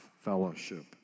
fellowship